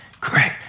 Great